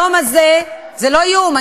זה לא איום.